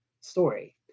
story